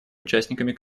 участниками